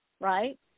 right